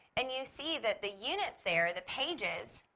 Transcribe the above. and you see that the units there, the pages,